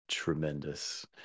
tremendous